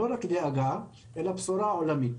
לא רק דאגה, אלא בשורה עולמית.